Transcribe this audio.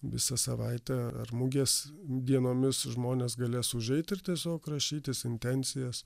visą savaitę ar mugės dienomis žmonės galės užeiti ir tiesiog rašytis intencijas